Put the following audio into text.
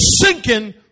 sinking